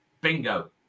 Bingo